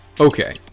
Okay